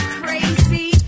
crazy